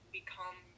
become